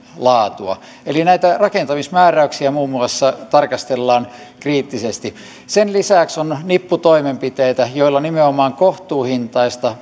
laatua eli näitä rakentamismääräyksiä muun muassa tarkastellaan kriittisesti sen lisäksi on nippu toimenpiteitä joilla nimenomaan kohtuuhintaista